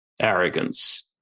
arrogance